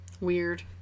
Weird